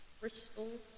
crystals